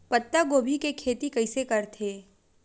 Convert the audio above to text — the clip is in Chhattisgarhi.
पत्तागोभी के खेती कइसे करथे?